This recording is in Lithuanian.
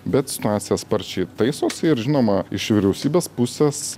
bet situacija sparčiai taisosi ir žinoma iš vyriausybės pusės